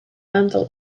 aantal